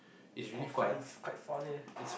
!wah! quite in~ quite fun eh